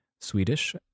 Swedish